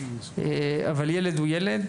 אבל ילד הוא ליד,